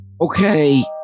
Okay